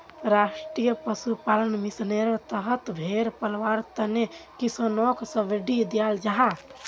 राष्ट्रीय पशुपालन मिशानेर तहत भेड़ पलवार तने किस्सनोक सब्सिडी दियाल जाहा